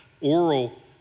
oral